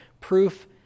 proof